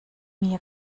mir